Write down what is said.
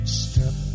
step